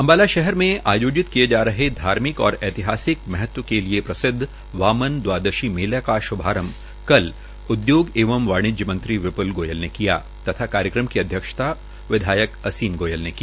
अम्बाला शहर में आयोजित किये जा रहे धार्मिक और ऐतिहासिक महत्व लिये प्रसिदव वामन मेला का श्भारंभ कल उदयोग एवं वाणिज्य मंत्री विधायक विप्ल गोयल ने किया तथा कार्यक्रम की अध्यक्षता विधायक असीम गोयल ने की